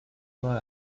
boy